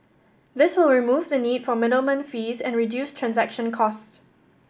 this will remove the need for middleman fees and reduce transaction cost